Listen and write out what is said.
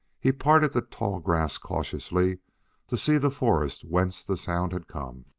he parted the tall grass cautiously to see the forest whence the sound had come.